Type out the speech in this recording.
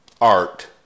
art